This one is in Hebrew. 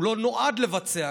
הוא לא נועד לבצע.